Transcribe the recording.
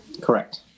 Correct